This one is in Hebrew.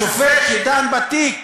השופט שדן בתיק,